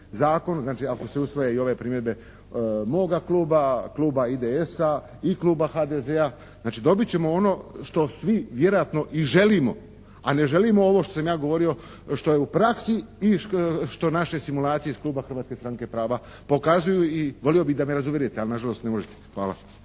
zakon, znači ako se usvoje i ove primjedbe moga kluba, kluba IDS-a i kluba HDZ-a. Znači, dobit ćemo ono što svi vjerojatno i želimo ali ne želimo ovo što sam ja govorio što je u praksi i što naše simulacije iz kluba Hrvatske stranke prava pokazuju i volio bih da me razuvjerite, ali nažalost ne možete. Hvala.